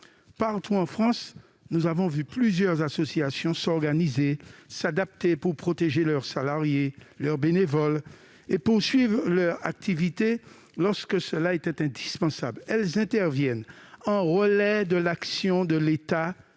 Partout en France, nous avons vu plusieurs associations s'organiser, s'adapter, pour protéger leurs salariés et leurs bénévoles et poursuivre leurs activités lorsque cela était indispensable. Elles interviennent en relais de l'action de l'État